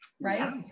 Right